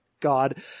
god